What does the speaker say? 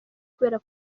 kubera